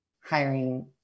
hiring